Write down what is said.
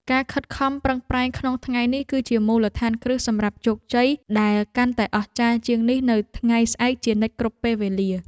ការខិតខំប្រឹងប្រែងក្នុងថ្ងៃនេះគឺជាមូលដ្ឋានគ្រឹះសម្រាប់ជោគជ័យដែលកាន់តែអស្ចារ្យជាងនេះនៅថ្ងៃស្អែកជានិច្ចគ្រប់ពេលវេលា។